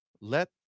Let